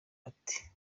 ati